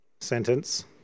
sentence